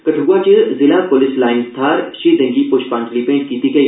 कठुआ च जिला police line थाह्र शहीदें गी पुष्पांजलि भेंट कीती गेई